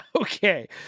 Okay